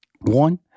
One